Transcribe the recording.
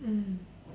mm